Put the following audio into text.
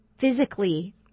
physically